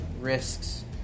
risks